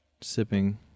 sipping